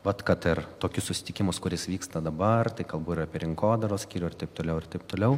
vat kad ir tokius susitikimus kuris vyksta dabar kalbu ir apie rinkodaros skyrių ir taip toliau ir taip toliau